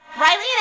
Riley